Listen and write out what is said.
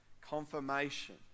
confirmation